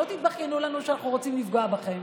שלא תתבכיינו לנו שאנחנו רוצים לפגוע בכם,